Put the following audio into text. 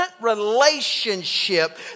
relationship